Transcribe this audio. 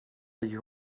you